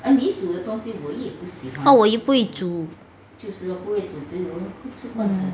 我又不会煮